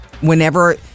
whenever